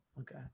Okay